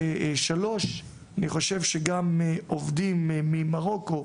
וג' אני חושב שגם עובדים ממרוקו,